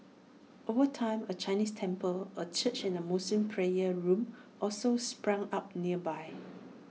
over time A Chinese temple A church and A Muslim prayer room also sprang up nearby